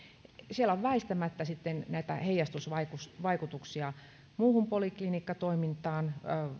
siellä on väistämättä sitten näitä heijastusvaikutuksia muuhun poliklinikkatoimintaan